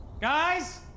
Guys